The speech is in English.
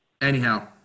Anyhow